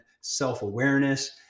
self-awareness